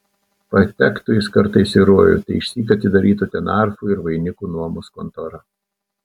patektų jis kartais į rojų tai išsyk atidarytų ten arfų ir vainikų nuomos kontorą